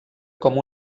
com